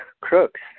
crooks